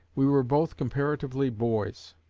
we were both comparatively boys,